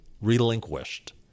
relinquished